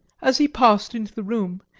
as he passed into the room,